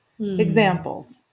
Examples